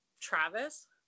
travis